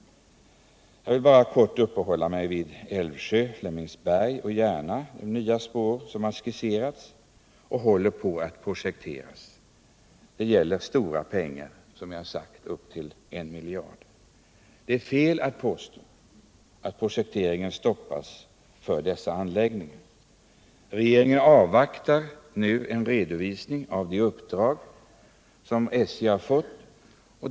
Jag vill bara kort uppehålla mig vid de nya spår som har skisserats och håller på att projekteras för Älvsjö-Flemingsberg och Järna. Det gäller, som jag har sagt, stora pengar; upp till I miljard. Det är fel att påstå att projekteringen av dessa anläggningar stoppas. Regeringen avvaktar en redovisning av det uppdrag som SJ fått.